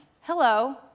Hello